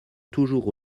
toujours